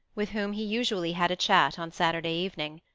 with whom he usually had a chat on saturday evening.